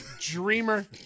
Dreamer